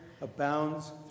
abounds